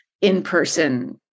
in-person